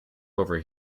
over